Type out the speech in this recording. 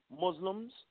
Muslims